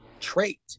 trait